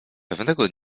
pewnego